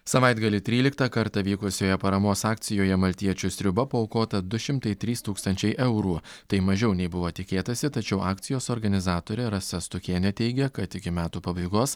savaitgalį tryliktą kartą vykusioje paramos akcijoje maltiečių sriuba paaukota du šimtai trys tūkstančiai eurų tai mažiau nei buvo tikėtasi tačiau akcijos organizatorė rasa stukienė teigia kad iki metų pabaigos